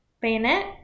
Bayonet